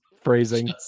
phrasing